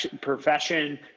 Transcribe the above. profession